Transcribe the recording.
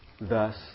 Thus